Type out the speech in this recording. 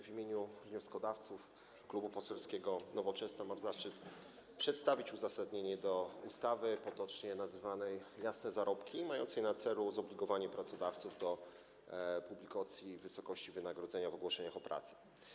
W imieniu wnioskodawców, Klubu Poselskiego Nowoczesna, mam zaszczyt przedstawić uzasadnienie wobec projektu ustawy potocznie nazywanej: jasne zarobki, mającej na celu zobligowanie pracodawców do publikacji wysokości wynagrodzenia w ogłoszeniach o pracę.